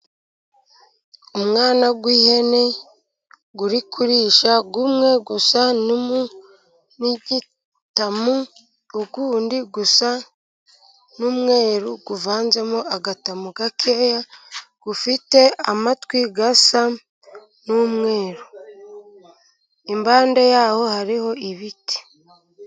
Umwana w'ihene uri kurisha, umwe usa n'igitamu uwundi usa n'umweru uvanzemo agatamo gakeya ufite amatwi asa n'umweru, impande yaho hariho ibiti.